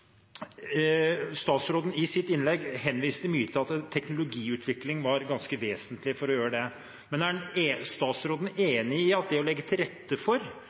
statsråden mye til at teknologiutvikling var ganske vesentlig for å gjøre det, men er statsråden enig i at det å legge til rette for